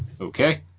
Okay